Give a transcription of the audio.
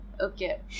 Okay